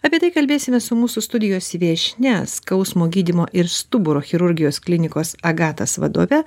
apie tai kalbėsime su mūsų studijos viešnia skausmo gydymo ir stuburo chirurgijos klinikos agatas vadove